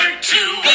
two